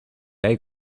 hay